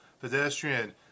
Pedestrian